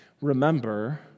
Remember